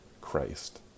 Christ